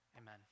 Amen